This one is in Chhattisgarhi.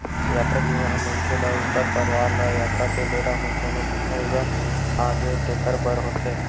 यातरा बीमा ह मनखे ल ऊखर परवार ल यातरा के बेरा म कोनो अलगन आगे तेखर बर होथे